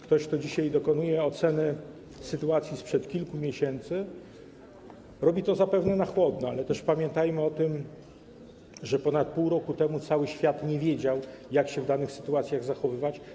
Ktoś, kto dzisiaj dokonuje oceny sytuacji sprzed kilku miesięcy, robi to zapewne na chłodno, ale pamiętajmy też o tym, że ponad pół roku temu cały świat nie wiedział, jak się w danych sytuacjach zachowywać.